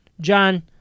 John